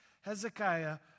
Hezekiah